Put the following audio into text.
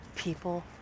people